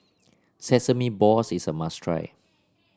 Sesame Balls is a must try